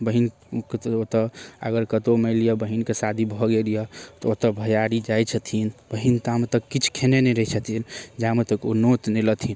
बहिनके ओतऽ अगर कतौ मानि लिअ बहीनके शादी भऽ गेलि यऽ ओतऽ भैआरी जाइ छथिन बहीन ता तक किछु खेने नहि रहै छथिन जा तक ओ नोत नहि लथिन